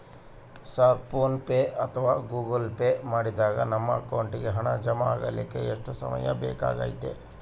Sir PhonePe ಅಥವಾ Google Pay ಮಾಡಿದಾಗ ನಮ್ಮ ಅಕೌಂಟಿಗೆ ಹಣ ಜಮಾ ಆಗಲಿಕ್ಕೆ ಎಷ್ಟು ಸಮಯ ಬೇಕಾಗತೈತಿ?